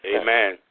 Amen